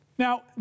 Now